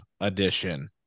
edition